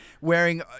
wearing